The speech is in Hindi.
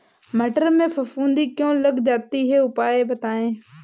मटर में फफूंदी क्यो लग जाती है उपाय बताएं?